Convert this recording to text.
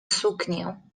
suknię